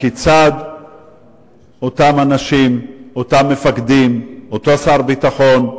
הכיצד אותם אנשים, אותם מפקדים, אותו שר ביטחון,